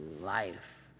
life